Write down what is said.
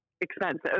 expensive